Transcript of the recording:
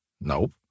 Nope